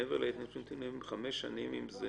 מעבר להתיישנות, נותנים להם חמש שנים אם זה